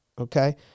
okay